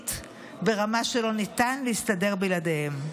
חיונית ברמה שלא ניתן להסתדר בלעדיהם.